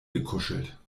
gekuschelt